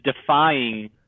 defying